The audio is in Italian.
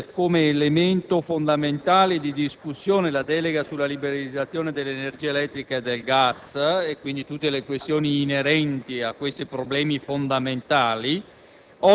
come elemento fondamentale di discussione la delega sulla liberalizzazione dell'energia elettrica e del gas, e quindi tutte le questioni inerenti a questi rilevanti